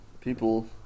people